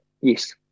Yes